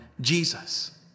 Jesus